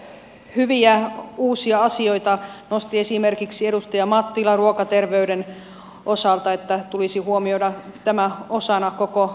erittäin hyviä uusia asioita nosti esimerkiksi edustaja mattila ruokaterveyden osalta että tulisi huomioida tämä osana koko ruokaterveyttä